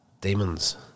demons